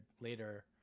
later